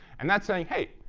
and that's saying, hey,